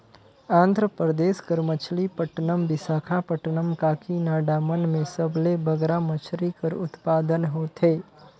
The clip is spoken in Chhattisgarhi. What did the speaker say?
आंध्र परदेस कर मछलीपट्टनम, बिसाखापट्टनम, काकीनाडा मन में सबले बगरा मछरी कर उत्पादन होथे